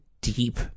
deep